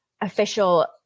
official